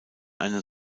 einem